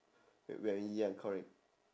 when we are young correct